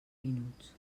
minuts